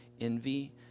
envy